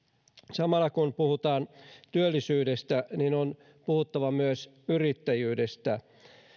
samalla kun puhutaan työllisyydestä on puhuttava myös yrittäjyydestä